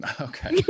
Okay